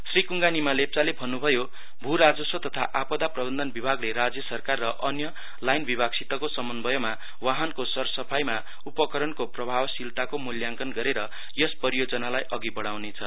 श्री कुङगा निमा लेप्चाले भन्नुभयो भूराजस्व तथा आपदा प्रबन्धन विभागले राज्य सरकार र अन्य लाईन विभागसितको समन्वयमा वाहनको सरसफाइमा उपकरणको प्रभावशीलताको मुल्याङकन गरेर यस परियोजनालाई अघि बढ़ाउनेछ